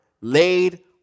laid